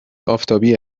آفتابی